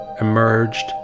emerged